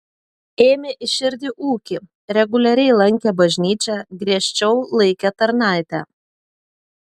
ėmė į širdį ūkį reguliariai lankė bažnyčią griežčiau laikė tarnaitę